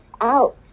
out